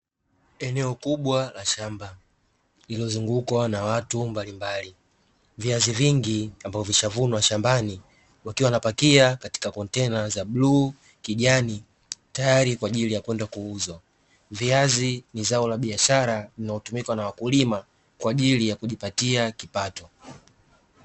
Eneo kubwa la shamba lililozungukwa na watu mbalimbali, viazi vingi ambavyo vimeshavunwa shambani. Wakiwa wanapakia katika kontena la bluu, kijani tayari kwa ajili ya kwenda kuuzwa. viazi ni zao la biashara linalotumika kwa ajili ya kujipatia kipato.